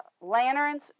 lanterns